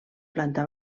planta